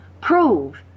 prove